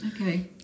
Okay